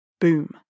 Boom